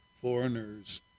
foreigners